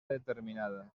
determinada